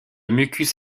mucus